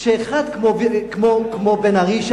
כשאחד כמו בן-ארי,